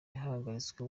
wahagaritswe